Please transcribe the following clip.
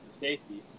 safety